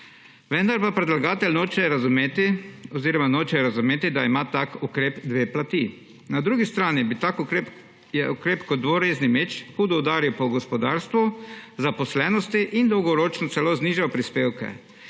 vendar pa predlagatelj noče razumeti, da ima tak ukrep dve plati. Na drugi strani je ukrep kot dvorezni meč, hudo udari po gospodarstvu, zaposlenosti in dolgoročno celo zniža prispevke.